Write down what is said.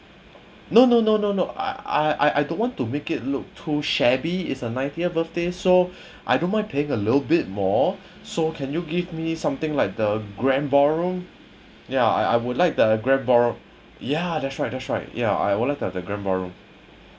no no no no not I I don't want to make it look too shabby is a ninetieth birthday so I don't mind paying a little bit more so can you give me something like the grand ball room ya I I would like the grand ballroom ya that's right that's right ya I would like to have the grand ballroom